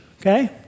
okay